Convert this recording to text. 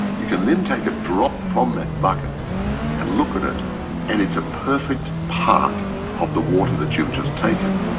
you can then take a drop from that bucket and look at it and it's a perfect part of the water that you've just taken.